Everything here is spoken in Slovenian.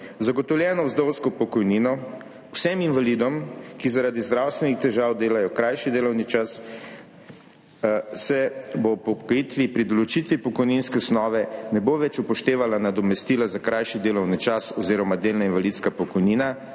zagotovljeno vdovsko pokojnino. Vsem invalidom, ki zaradi zdravstvenih težav delajo krajši delovni čas, se po upokojitvi pri določitvi pokojninske osnove ne bo več upoštevalo nadomestila za krajši delovni čas oziroma delna invalidska pokojnina,